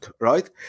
right